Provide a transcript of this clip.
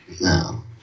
No